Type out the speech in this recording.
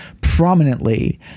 prominently